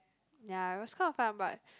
ya it was kind of fun but